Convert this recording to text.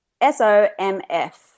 S-O-M-F